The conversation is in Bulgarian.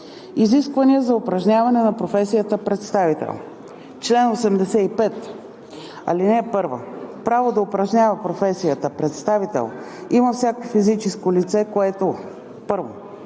Изисквания за упражняване на професията представител Чл. 85. (1) Право да упражнява професията представител има всяко физическо лице, което: 1.